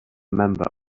member